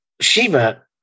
Shiva